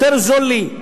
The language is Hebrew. יותר זול לי,